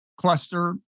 cluster